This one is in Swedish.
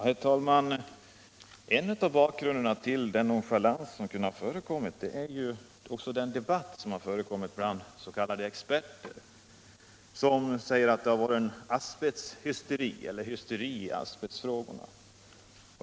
Herr talman! En av anledningarna till den nonchalans som kunnat förekomma är den debatt som förts bland s.k. experter, som säger att det varit en hysteri i asbestfrågorna.